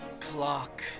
clock